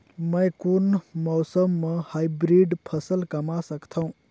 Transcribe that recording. मै कोन मौसम म हाईब्रिड फसल कमा सकथव?